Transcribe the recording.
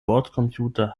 bordcomputer